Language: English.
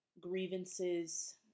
grievances